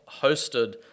hosted